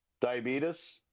Diabetes